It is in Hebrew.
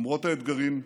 למרות האתגרים,